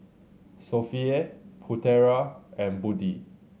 Sofea Putera and Budi